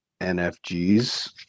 nfgs